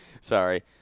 Sorry